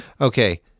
Okay